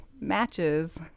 matches